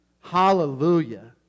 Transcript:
Hallelujah